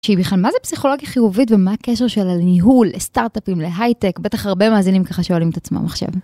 שהיא בכלל, מה זה פסיכולוגיה חיובית ומה הקשר שלה לניהול, לסטארט-אפים, להייטק, בטח הרבה מאזינים ככה שואלים את עצמם עכשיו.